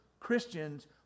Christians